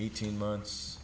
eighteen months